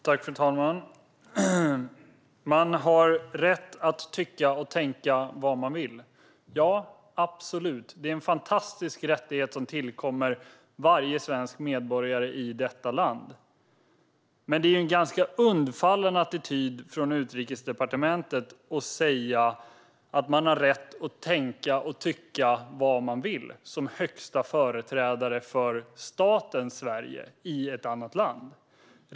Fru talman! Man har rätt att tycka och tänka vad man vill - ja, absolut. Det är en fantastisk rättighet som tillkommer varje svensk medborgare i detta land. Men det är ju en ganska undfallande attityd från Utrikesdepartementet att man som högsta företrädare för staten Sverige i ett annat land har rätt att tänka och tycka vad man vill.